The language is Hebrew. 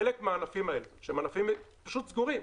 חלק מהענפים האלה שהם ענפים פשוט סגורים,